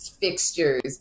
fixtures